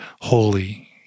holy